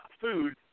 food